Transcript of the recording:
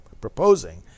proposing